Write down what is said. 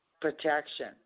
protection